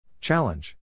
Challenge